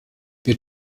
wir